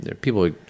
people